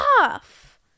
off